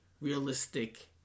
realistic